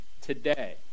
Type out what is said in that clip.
today